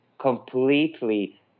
completely